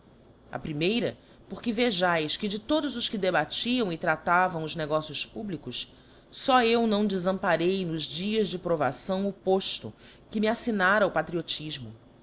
a primeira porque vejaes que de todos os que debatiam e tratavam os negócios públicos fó eu não defamparei nos dias de provação o pofto que me aítignára o patriotifmo